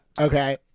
Okay